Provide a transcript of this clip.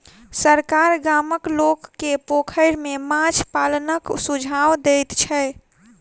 सरकार गामक लोक के पोखैर में माछ पालनक सुझाव दैत छै